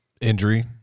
Injury